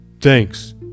Thanks